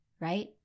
Right